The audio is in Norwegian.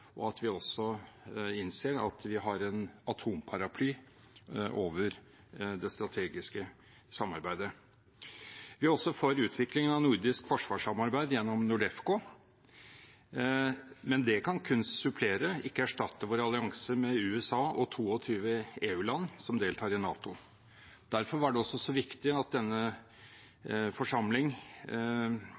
og at vi også innser at vi har en atomparaply over det strategiske samarbeidet. Vi er også for utviklingen av nordisk forsvarssamarbeid gjennom NORDEFCO, men det kan kun supplere, ikke erstatte, våre allianser med USA og 22 EU-land som deltar i NATO. Derfor var det så viktig at denne forsamling